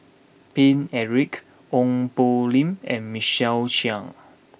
Paine Eric Ong Poh Lim and Michael Chiang